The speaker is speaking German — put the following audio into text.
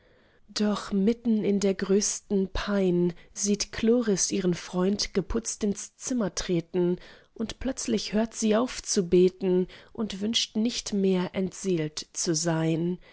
doch mitten in der größten pein sieht chloris ihren freund geputzt ins zimmer treten und plötzlich hört sie auf zu beten und wünscht nicht mehr entseelt zu sein